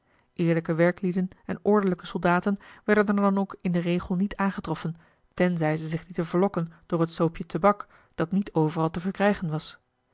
eerlijke werklieden en ordelijke soldaten werden er dan ook in den regel niet aangetroffen tenzij zij zich lieten verlokken door het soopje toeback dat niet overal te verkrijgen was